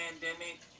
pandemic